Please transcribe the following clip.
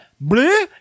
blue